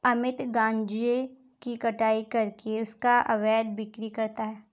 अमित गांजे की कटाई करके उसका अवैध बिक्री करता है